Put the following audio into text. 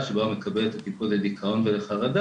שבה הוא מקבל את הטיפול לדיכאון ולחרדה,